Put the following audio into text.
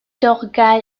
thorgal